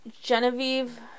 Genevieve